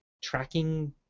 tracking